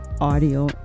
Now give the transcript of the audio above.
audio